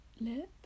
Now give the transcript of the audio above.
lip